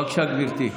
בבקשה, גברתי.